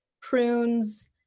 prunes